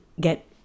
get